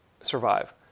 Survive